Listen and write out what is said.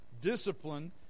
discipline